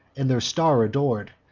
and their star ador'd.